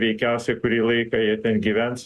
veikiausiai kurį laiką jie ten gyvens